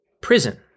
prison